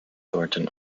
thornton